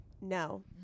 No